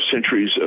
centuries